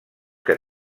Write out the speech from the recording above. que